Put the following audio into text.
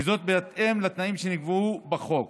וזאת בהתאם לתנאים שנקבעו בחוק.